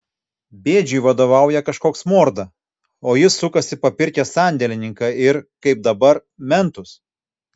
bėdžiui vadovauja kažkoks morda o jis sukasi papirkęs sandėlininką ir kaip dabar mentus